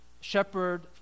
shepherd